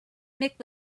mixed